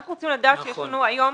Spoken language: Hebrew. אנחנו רוצים לדעת שיש לנו היום